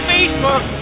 Facebook